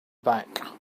back